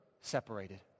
separated